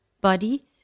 body